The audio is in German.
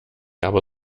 aber